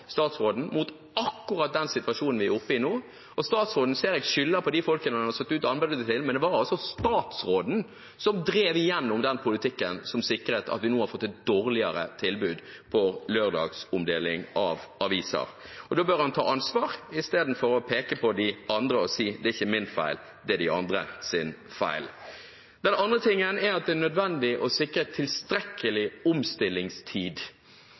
statsråden mot akkurat den situasjonen vi er oppe i nå. Jeg ser at statsråden skylder på de folkene han har satt ut anbudet til, men det var altså statsråden som drev igjennom den politikken som sikret at vi nå har fått et dårligere tilbud for lørdagsomdeling av aviser. Da bør han ta ansvar i stedet for å peke på de andre og si at det ikke er hans feil, det er de andres feil. Det andre er at det er nødvendig å sikre tilstrekkelig omstillingstid